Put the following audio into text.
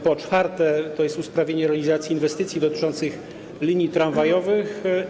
Po czwarte, jest to usprawnienie realizacji inwestycji dotyczących linii tramwajowych.